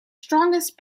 strongest